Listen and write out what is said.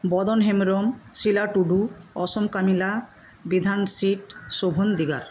Badan Hembram Shila Tudu Asam Kamila Bidhan Sheet Shobhan Digar